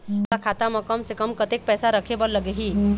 मोला खाता म कम से कम कतेक पैसा रखे बर लगही?